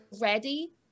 ready